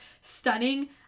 stunning